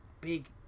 big